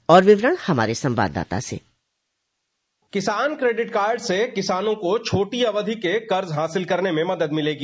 और विवरण हमारे संवाददाता से किसान क्रेडिट कार्ड से किसानों को छोटी अवधि के कर्ज हासिल करने में मदद मिलेगी